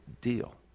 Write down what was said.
deal